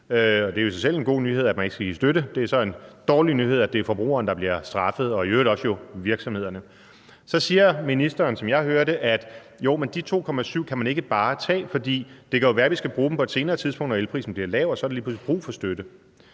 det er jo i sig selv en god nyhed, at man ikke skal give støtte; det er så en dårlig nyhed, at det er forbrugeren, der bliver straffet – og jo i øvrigt også virksomhederne. Så siger ministeren, som jeg hører det, at man ikke bare kan tage de 2,7 mia. kr., for det kan jo være, at vi skal bruge dem på et senere tidspunkt, når elprisen bliver lav, for så er der lige pludselig brug for støtte.